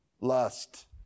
Lust